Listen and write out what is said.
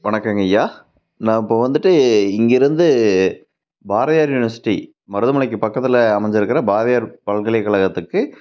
வணக்கங்கய்யா நான் இப்போ வந்துவிட்டு இங்கேருந்து பாரதியார் யுனிவர்சிட்டி மருதமலைக்கு பக்கத்தில் அமைஞ்சிருக்குற பாரதியார் பல்கலைகழகத்துக்கு